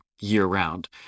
year-round